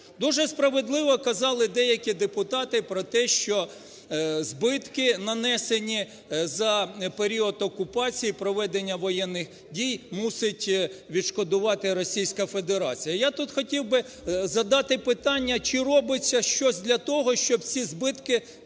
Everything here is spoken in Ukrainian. Дуже справедливо казали деякі депутати про те, що збитки нанесені за період окупації, проведення воєнних дій, мусить відшкодувати Російська Федерація. Я тут хотів би задати питання, чи робиться щось для того, щоб ці збитки